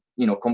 you know, um